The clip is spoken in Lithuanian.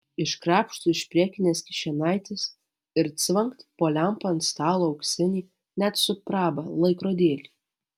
iškrapšto iš priekinės kišenaitės ir cvangt po lempa ant stalo auksinį net su praba laikrodėlį